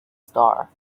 star